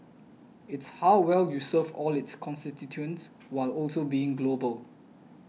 it's how well you serve all its constituents while also being global